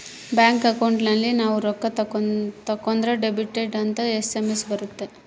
bank account ಅಲ್ಲಿ ನಾವ್ ರೊಕ್ಕ ತಕ್ಕೊಂದ್ರ ಡೆಬಿಟೆಡ್ ಅಂತ ಎಸ್.ಎಮ್.ಎಸ್ ಬರತವ